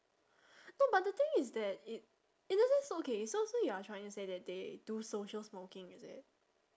no but the thing is that it it doesn't s~ okay so so you are trying to say that they do social smoking is it